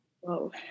Whoa